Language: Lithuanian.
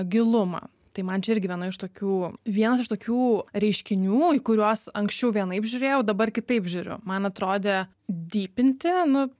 gilumą tai man čia irgi viena iš tokių vienas iš tokių reiškinių į kuriuos anksčiau vienaip žiūrėjau dabar kitaip žiūriu man atrodė dypinti nu